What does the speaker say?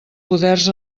poders